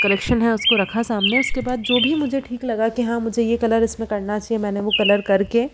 collection है उसको रखा सामने उसके बाद जो भी मुझे ठीक लगा की हाँ मुझे ये कलर इसमें करना चाहिए मैंने वो कलर करके